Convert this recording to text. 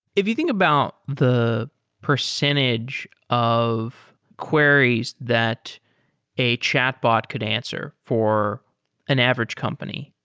if you think about the percentage of queries that a chatbot could answer for an average company,